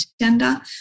agenda